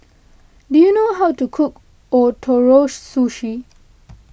do you know how to cook Ootoro Sushi